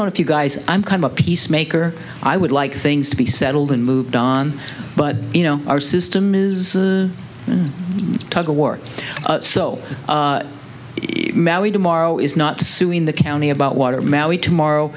know if you guys i'm kind of a peacemaker i would like things to be settled and moved on but you know our system is a work so tomorrow is not suing the county about water maui tomorrow